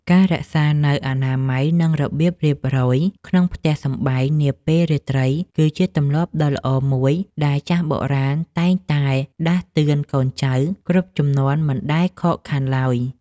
ការរក្សានូវអនាម័យ និងរបៀបរៀបរយក្នុងផ្ទះសម្បែងនាពេលរាត្រីគឺជាទម្លាប់ដ៏ល្អមួយដែលចាស់បុរាណខ្មែរតែងតែដាស់តឿនកូនចៅគ្រប់ជំនាន់មិនដែលខកខានឡើយ។